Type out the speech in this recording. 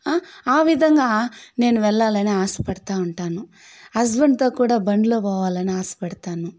ఆ విధంగా నేను వెళ్ళాలని ఆశపడతు ఉంటాను హస్బెండ్తో కూడా బండిలో పోవాలని ఆశపడతాను